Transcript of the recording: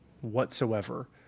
whatsoever